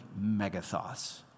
megathos